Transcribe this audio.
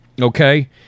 okay